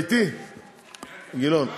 15. אתה אתי, גילאון?